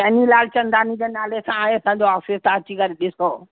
सैनी लालचंदानी जे नाला सां आहे असांजो ऑफिस तव्हां अची करे ॾिसो